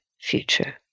future